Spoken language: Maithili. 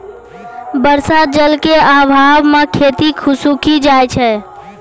बर्षा जल क आभाव म खेती सूखी जाय छै